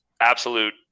absolute